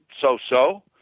so-so